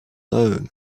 loan